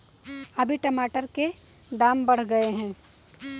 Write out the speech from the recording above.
अभी टमाटर के दाम बढ़ गए